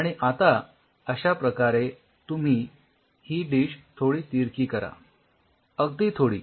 आणि आता अश्याप्रकारे तुम्ही ही डिश थोडी तिरकी करा अगदी थोडी